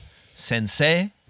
sensei